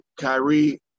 Kyrie